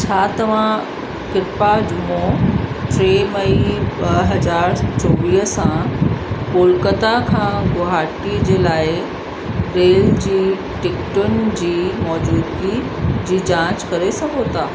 छा तवां कृपा जुमो टे मई ॿ हजार चोवीअ सां कोलकाता खां गुवाहाटी जे लाइ रेल जी टिकटुनि जी मौजूदगी जी जाच करे सघो था